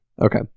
Okay